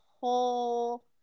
whole